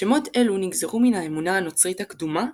שמות אלו נגזרו מן האמונה הנוצרית הקדומה,